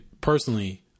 personally